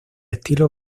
estilo